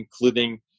including